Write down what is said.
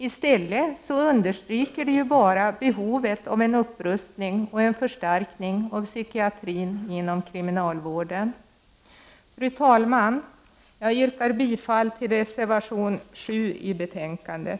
I stället understryker det bara behovet av en upprustning och en förstärkning av psykiatrin inom kriminalvården. Fru talman! Jag yrkar bifall till reservation 7 till betänkandet.